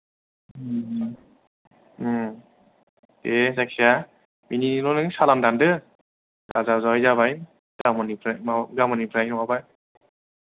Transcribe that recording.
दे जायखिया बेनिल' नों सालान दानदो जा जाबाय जाबाय गाबोननिफ्राय माबा गाबोननिफ्राय नङाब्ला